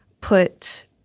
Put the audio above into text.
put